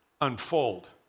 unfold